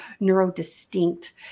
neurodistinct